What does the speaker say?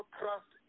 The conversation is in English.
trust